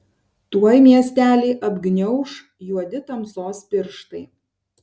tuoj miestelį apgniauš juodi tamsos pirštai